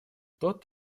тот